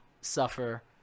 suffer